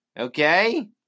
Okay